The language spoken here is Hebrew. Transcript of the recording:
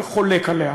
אבל חולק עליה.